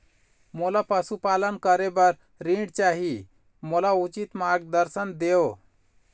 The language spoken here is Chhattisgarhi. मोला पशुपालन करे बर ऋण चाही, मोला उचित मार्गदर्शन देव?